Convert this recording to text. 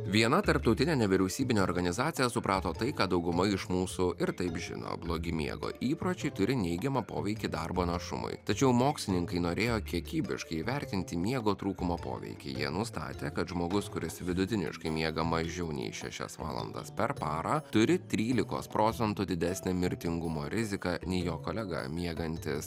viena tarptautinė nevyriausybinė organizacija suprato tai ką dauguma iš mūsų ir taip žinojo blogi miego įpročiai turi neigiamą poveikį darbo našumui tačiau mokslininkai norėjo kiekybiškai įvertinti miego trūkumo poveikį jie nustatė kad žmogus kuris vidutiniškai miega mažiau nei šešias valandas per parą turi trylikos procentų didesnę mirtingumo riziką nei jo kolega miegantis